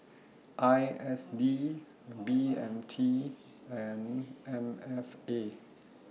I S D B M T and M F A